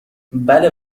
بله